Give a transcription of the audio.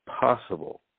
possible